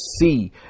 see